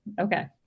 Okay